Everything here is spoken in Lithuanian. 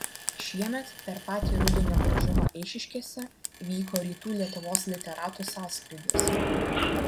šiemet per patį rudenio gražumą eišiškėse įvyko rytų lietuvos literatų sąskrydis